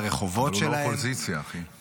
לרחובות שלהם,